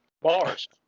Bars